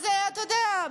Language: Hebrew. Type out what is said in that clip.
אז אתה יודע,